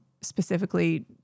specifically